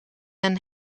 een